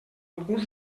alguns